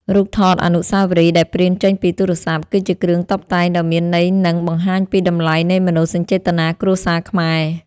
រូបថតអនុស្សាវរីយ៍ដែលព្រីនចេញពីទូរស័ព្ទ គឺជាគ្រឿងតុបតែងដ៏មានន័យនិង បង្ហាញពីតម្លៃនៃមនោសញ្ចេតនាគ្រួសារខ្មែរ។